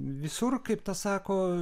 visur kaip tas sako